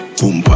Boom